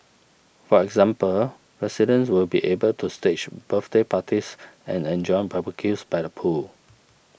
for example residents will be able to stage birthday parties and enjoy barbecues by the pool